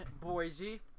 Boise